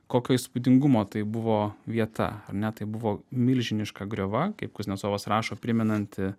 kokio įspūdingumo tai buvo vieta ar ne tai buvo milžiniška griova kaip kuznecovas rašo primenanti